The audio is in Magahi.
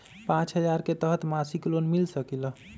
पाँच हजार के तहत मासिक लोन मिल सकील?